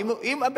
הוא צודק,